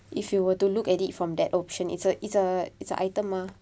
if you were to look at it from that option it's a it's a it's a item mah